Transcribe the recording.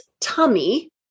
tummy